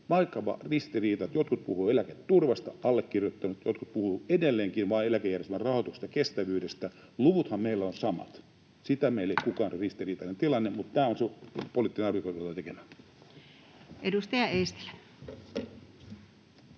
vakava ristiriita, että jotkut puhuvat eläketurvasta — allekirjoittanut — jotkut puhuvat edelleenkin vain eläkejärjestelmän rahoituksen kestävyydestä. Luvuthan meillä ovat samat, siitä meillä ei ole ristiriitaista tilannetta, mutta tämä on se poliittinen arvovalinta, joka joudutaan tekemään. Edustaja Eestilä.